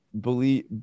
believe